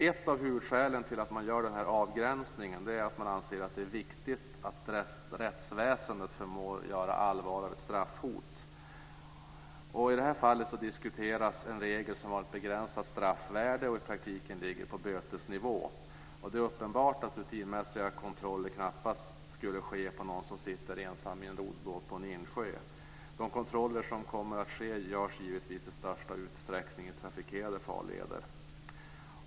Ett av huvudskälen till att man gör den här avgränsningen är att man anser att det är viktigt att rättsväsendet förmår göra allvar av ett straffhot. I det här fallet diskuteras en regel som har ett begränsat straffvärde och i praktiken ligger på bötesnivå. Det är uppenbart att rutinmässiga kontroller knappast skulle ske på någon som sitter ensam i en roddbåt på en insjö. De kontroller som kommer att ske görs givetvis i största utsträckning i trafikerade farleder.